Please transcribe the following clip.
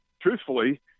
truthfully